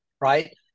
right